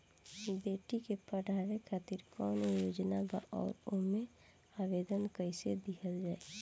बेटी के पढ़ावें खातिर कौन योजना बा और ओ मे आवेदन कैसे दिहल जायी?